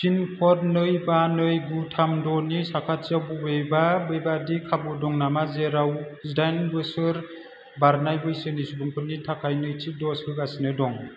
pin code नै बा नै गु थाम द'नि साखाथियाव बबेबा बेबादि खाबु दं नामा जेराव जिडाइन बोसोर बारनाय बैसोनि सुबुंफोरनि थाखाय नैथि दज होगासिनो दं